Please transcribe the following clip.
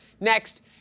Next